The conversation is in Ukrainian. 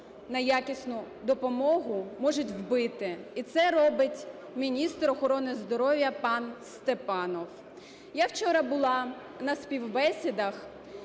на якісну допомогу можуть вбити, і це робить міністр охорони здоров'я пан Степанов. Я вчора була на співбесідах,